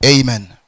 amen